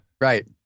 Right